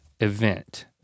event